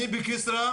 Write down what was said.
בכסרא,